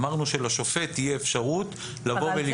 אמרנו שלשופט תהיה אפשרות לבוא ולקבוע.